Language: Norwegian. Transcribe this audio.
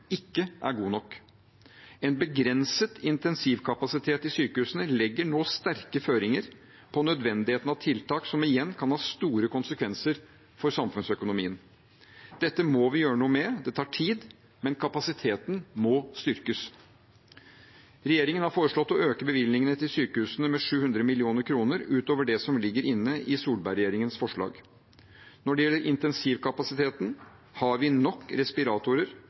ikke er god nok. En begrenset intensivkapasitet i sykehusene legger nå sterke føringer på nødvendigheten av tiltak, som igjen kan ha store konsekvenser for samfunnsøkonomien. Dette må vi gjøre noe med, det tar tid, men kapasiteten må styrkes. Regjeringen har foreslått å øke bevilgningene til sykehusene med 700 mill. kr utover det som ligger inne i Solberg-regjeringens forslag. Når det gjelder intensivkapasiteten, har vi nok respiratorer,